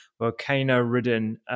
volcano-ridden